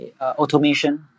automation